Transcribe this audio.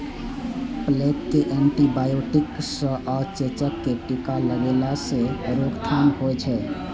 plague कें antibiotic सं आ चेचक कें टीका लगेला सं रोकथाम होइ छै